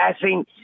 passing